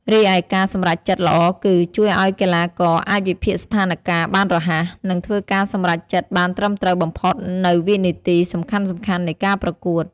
រីឯការសម្រេចចិត្តល្អគឺ ជួយឲ្យកីឡាករអាចវិភាគស្ថានការណ៍បានរហ័ស និងធ្វើការសម្រេចចិត្តបានត្រឹមត្រូវបំផុតនៅវិនាទីសំខាន់ៗនៃការប្រកួត។